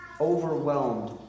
overwhelmed